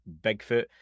Bigfoot